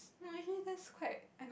oh actually that's quite